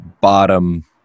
bottom